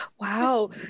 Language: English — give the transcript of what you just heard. Wow